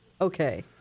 Okay